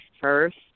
first